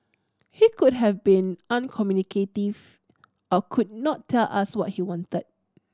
he could have been uncommunicative or could not tell us what he wanted